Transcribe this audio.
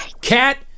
Cat